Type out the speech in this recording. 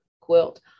quilt